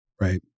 Right